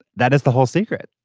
that is the whole secret.